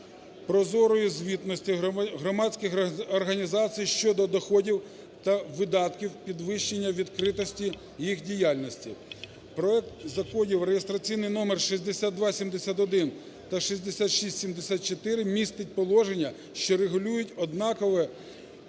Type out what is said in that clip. прозорої звітності громадських організацій щодо доходів та видатків підвищення відкритості їх діяльності. Проекти законів (реєстраційний номер 6271 та 6674) містять положення, що регулюють однакове…